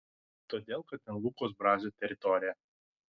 todėl kad ten lukos brazio teritorija